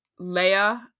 Leia